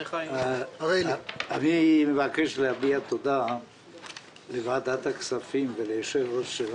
אני מבקש להביע תודה לוועדת הכספים וליושב-ראש שלה,